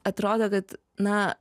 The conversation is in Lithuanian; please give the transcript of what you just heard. atrodo kad na